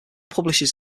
publishes